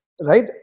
Right